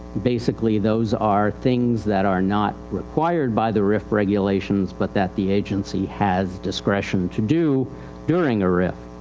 basically those are things that are not required by the rif regulations, but that the agency has discretion to do during a rif.